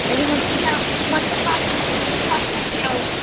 آ یِمَن چھُ گٮ۪و یِمَن چھُ پَژھ یِمَن چھُ پَژھٮ۪ن گٮ۪وُن